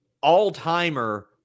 all-timer